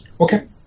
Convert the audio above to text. Okay